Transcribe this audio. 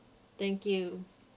thank you